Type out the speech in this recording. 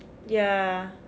ya